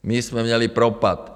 My jsme měli propad.